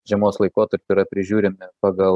žiemos laikotarpiu yra prižiūrimi pagal